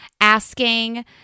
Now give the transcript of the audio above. asking